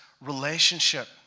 relationship